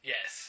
Yes